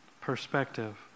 Perspective